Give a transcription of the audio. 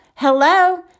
Hello